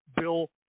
Bill